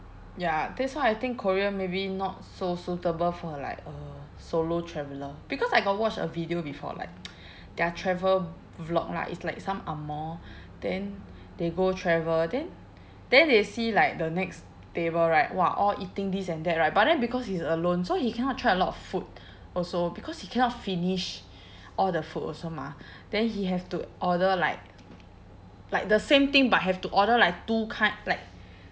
ya that's why I think korea maybe not so suitable for like uh solo traveller because I got watch a video before like their travel vlog lah it's like some angmoh then they go travel then then they see like the next table right !wah! all eating this and that right but then because he's alone so he cannot try a lot of food also because he cannot finish all the food also mah then he have to order like like the same thing but have to order like two kind like